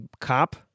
cop